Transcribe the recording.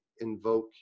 invoke